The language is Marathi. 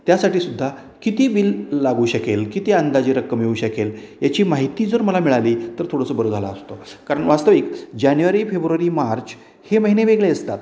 त्यासाठीसुद्धा किती वील लागू शकेल किती अंदाजे रक्कम येऊ शकेल याची माहिती जर मला मिळाली तर थोडंसं बरं झालं असत कारण वास्तविक जानेवारी फेब्रुवारी मार्च हे महिने वेगळे असतात